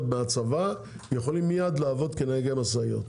בצבא יכולים מיד לעבוד כנהגי משאיות,